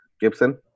Gibson